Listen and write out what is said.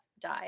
died